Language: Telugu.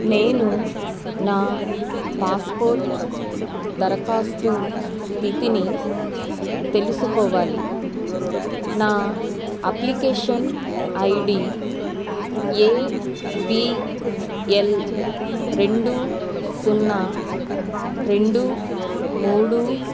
నేను నా పాస్పోర్ట్ దరఖాస్తు స్థితిని తెలుసుకోవాలి నా application I D A P L రెండు సున్నా రెండు మూడు